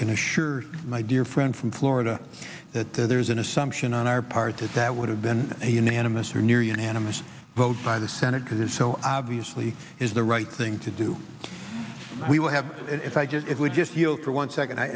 can assure my dear friend from florida that there is an assumption on our part is that would have been a unanimous or near unanimous vote by the senate because so obviously is the right thing to do we will have if i just if we just feel for one second